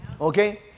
Okay